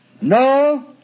no